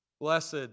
Blessed